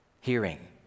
hearing